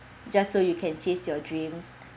just so you can chase your dreams